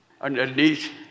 underneath